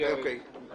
שהוצעה פה ירים